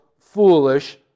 foolish